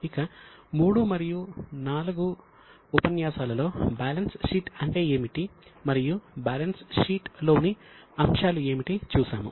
ఇక 3 మరియు 4 ఇక ఉపన్యాసాలలో బ్యాలెన్స్ షీట్ అంటే ఏమిటి మరియు బ్యాలెన్స్ షీట్లోని అంశాలు ఏమిటి చూసాము